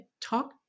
talk